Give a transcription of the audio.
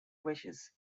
wishes